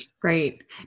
Great